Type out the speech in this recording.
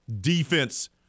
Defense